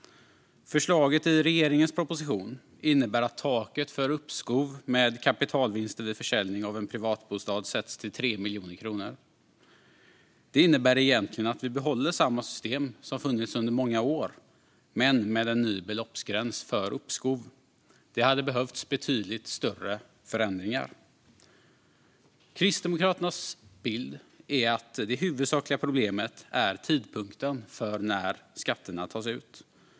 Förslaget i regeringens proposition innebär att taket för uppskov med kapitalvinster vid försäljning av en privatbostad sätts till 3 miljoner kronor. Det innebär egentligen att vi behåller samma system som har funnits under många år men med en ny beloppsgräns för uppskov. Det hade behövts betydligt större förändringar. Kristdemokraternas bild är att det huvudsakliga problemet är tidpunkten för när skatterna tas ut.